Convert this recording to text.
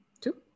two